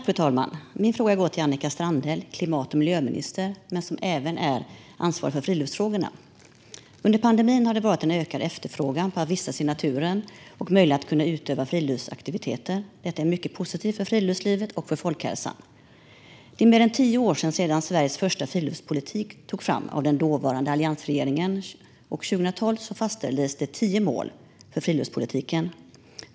Fru talman! Min fråga går till klimat och miljöminister Annika Strandhäll, som även är ansvarig för friluftsfrågorna. Under pandemin har det varit en ökad efterfrågan på att vistas i naturen och möjligheten att utöva friluftsaktiviteter. Detta är mycket positivt för friluftslivet och folkhälsan. Det är mer än tio år sedan Sveriges första friluftspolitik togs fram av den dåvarande alliansregeringen, och 2012 fastställdes tio mål för friluftspolitiken.